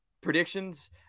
predictions